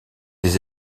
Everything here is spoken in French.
des